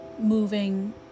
moving